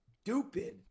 stupid